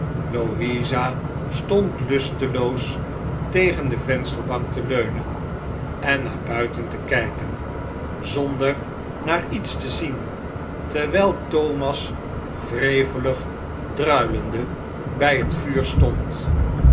louisa stond lusteloos tegen de vensterbank te leunen en naar buiten te kijken zonder naar iets te zien terwijl thomas wrevelig druilende bij het vuur stond